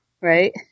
Right